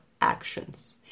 actions